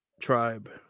tribe